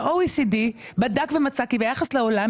ה-OECD בדק ומצא כי ביחס לעולם,